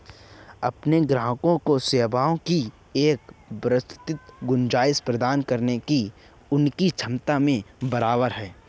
अपने ग्राहकों को सेवाओं की एक विस्तृत गुंजाइश प्रदान करने की उनकी क्षमता में बराबर है